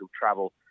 travel